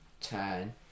ten